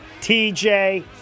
TJ